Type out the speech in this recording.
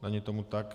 Není tomu tak.